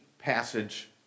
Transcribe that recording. passage